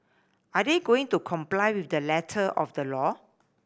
are they going to comply with the letter of the law